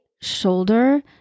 shoulder